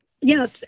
Yes